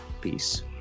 Peace